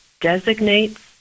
designates